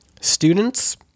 Students